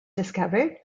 discovered